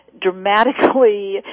dramatically